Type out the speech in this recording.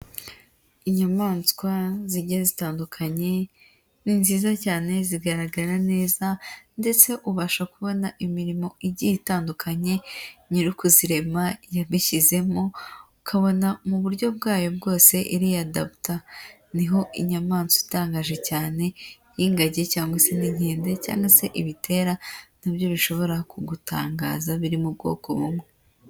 Inyamaswa zigiye zitandukanye, ni nziza cyane zigaragara neza ndetse ubasha kubona imirimo igiye itandukanye nyiri ukuzirema yabishyizemo, ukabona mu buryo bwayo bwose iriyadabuta, niho inyamaswa itangaje cyane y'ingagi cyangwa se inkende cyangwa se ibitera na byo bishobora kugutangaza biri mu ubwoko bumwe.